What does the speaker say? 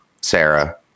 Sarah